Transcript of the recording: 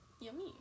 yummy